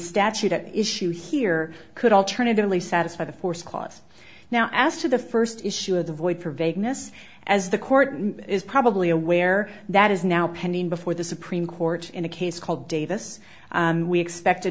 statute at issue here could alternatively satisfy the force clause now as to the first issue of the void for vagueness as the court is probably aware that is now pending before the supreme court in a case called davis and we expect a